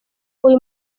uyu